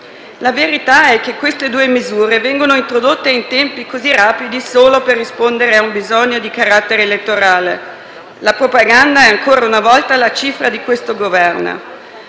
La verità è che queste due misure vengono introdotte in tempi così rapidi solo per rispondere a un bisogno di carattere elettorale. La propaganda è, ancora una volta, la cifra di questo Governo.